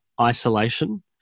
isolation